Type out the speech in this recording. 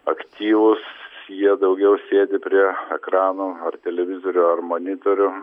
aktyvūs jie daugiau sėdi prie ekranų ar televizorių ar monitorių